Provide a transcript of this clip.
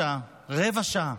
עומד פה רבע שעה, רבע שעה.